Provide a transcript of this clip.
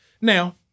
Now